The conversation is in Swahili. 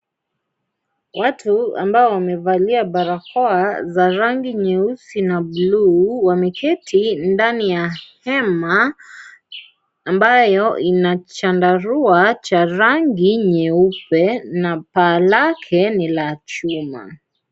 Watu ambao wamevalia barakoa za rangi nyeusi na bluu wameketi ndani ya hema ambayo ina chandarua cha rangi nyeupe na paa lake ni la chuma.